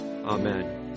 Amen